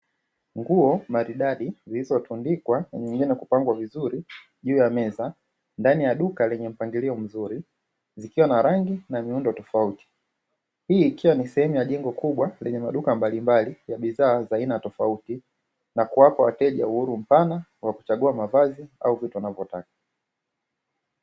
Nguo maridadi zilizo tundikwa na nyingine kupangwa vizuri juu ya meza, ndani ya duka lenye mpangilio mzuri, zikiwa na rangi na miundo tofauti, hii ikiwa ni sehemu ya jengo kubwa yenye maduka mbalimbali ya bidhaa tofauti, na kuwapa wateja uhuru mpana wa kuchagua mavazi au vitu wanavyotaka.